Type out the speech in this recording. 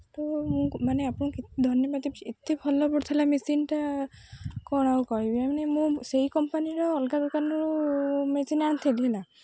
ତ ମୁଁ ମାନେ ଆପଣଙ୍କୁ ଧନ୍ୟବାଦ ଏତେ ଭଲ ପଡ଼ିଥିଲା ମେସିନ୍ଟା କ'ଣ ଆଉ କହିବି ମାନେ ମୁଁ ସେହି କମ୍ପାନୀର ଅଲଗା ଦୋକାନରୁ ମେସିନ୍ ଆଣିଥିଲି ହେଲା